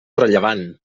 rellevant